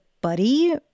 Buddy